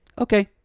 okay